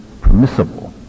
permissible